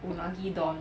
unagi don